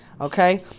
Okay